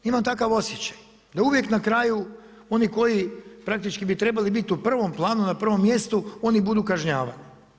Imam takav osjećaj, da uvijek na kraju oni koji praktički bi trebali biti u prvom planu, na prvom mjestu oni budu kažnjavani.